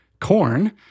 Corn